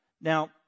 Now